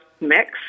mix